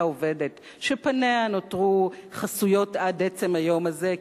עובדת שפניה נותרו חסויות עד עצם היום הזה,